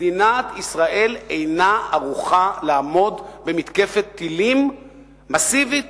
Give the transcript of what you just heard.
מדינת ישראל אינה ערוכה לעמוד במתקפת טילים מסיבית